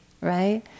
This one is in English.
right